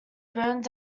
burned